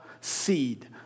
Seed